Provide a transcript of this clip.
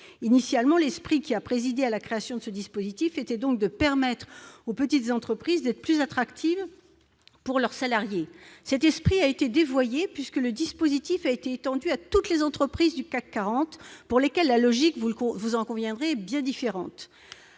Initialement, l'esprit qui a présidé à la création de ce dispositif était de permettre aux petites entreprises d'être plus attractives pour leurs salariés. Cet esprit a été dévoyé, puisque le dispositif a été étendu à toutes les entreprises du CAC 40, pour lesquelles la logique, vous en conviendrez, est bien différente.